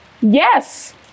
Yes